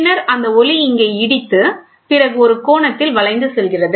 பின்னர் அந்த ஒளி இங்கே இடித்து பிறகு ஒரு கோணத்தில் வளைந்து செல்கிறது